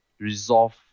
resolve